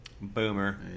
Boomer